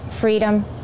freedom